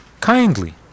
kindly